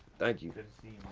thank you. good